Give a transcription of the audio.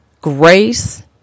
grace